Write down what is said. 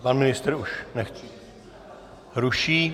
Pan ministr už nechce, ruší.